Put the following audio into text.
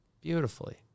beautifully